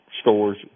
stores